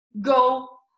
go